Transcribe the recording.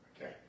Okay